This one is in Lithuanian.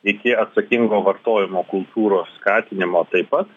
iki atsakingo vartojimo kultūros skatinimo taip pat